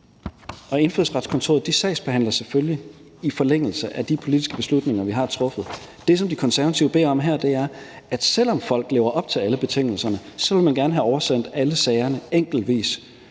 Indfødsretskontoret sagsbehandler selvfølgelig i forlængelse af de politiske beslutninger, vi har truffet. Det, som De Konservative beder om her, er, at selv om folk lever op til alle betingelserne, vil man gerne have oversendt alle sagerne enkeltvis.